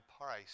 price